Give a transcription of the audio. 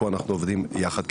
פה אנחנו עובדים יחד,